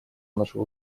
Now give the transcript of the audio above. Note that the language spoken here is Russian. наших